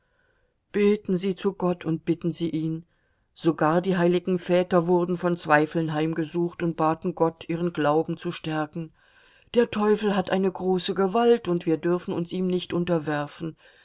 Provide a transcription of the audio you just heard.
beten sie zu gott und bitten sie ihn sogar die heiligen väter wurden von zweifeln heimgesucht und baten gott ihren glauben zu stärken der teufel hat eine große gewalt und wir dürfen uns ihm nicht unterwerfen